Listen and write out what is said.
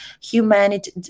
humanity